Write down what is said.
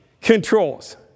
controls